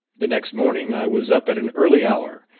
the next morning i was up at an early hour,